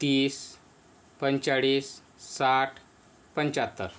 तीस पंचेचाळीस साठ पंचाहत्तर